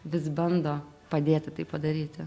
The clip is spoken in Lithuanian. vis bando padėti tai padaryti